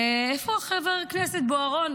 איפה חבר הכנסת בוארון?